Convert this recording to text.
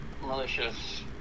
malicious